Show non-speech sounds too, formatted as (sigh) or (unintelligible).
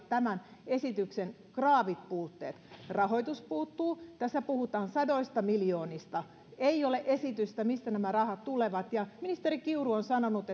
(unintelligible) tämän esityksen graavit puutteet rahoitus puuttuu tässä puhutaan sadoista miljoonista ei ole esitystä mistä nämä rahat tulevat ja ministeri kiuru on sanonut (unintelligible)